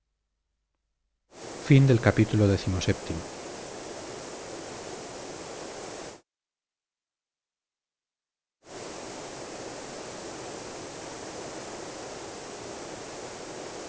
reunión del capítulo